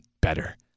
better